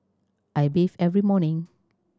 I bathe every morning